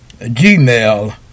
gmail